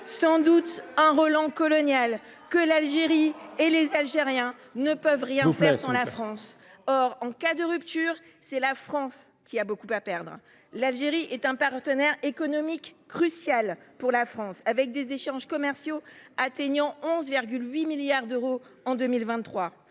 sans doute d’un relent colonial… À vos yeux, l’Algérie et les Algériens ne peuvent rien faire sans la France. Or, en cas de rupture, c’est la France qui a beaucoup à perdre. L’Algérie est un partenaire économique crucial pour la France, les échanges commerciaux entre nos deux pays atteignant 11,8 milliards d’euros en 2023.